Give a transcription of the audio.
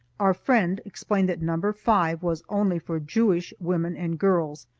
our friend explained that number five was only for jewish women and girls,